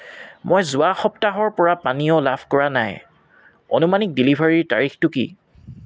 মই যোৱা সপ্তাহৰ পৰা পানীয় লাভ কৰা নাই অনুমাণিক ডেলিভাৰীৰ তাৰিখটো কি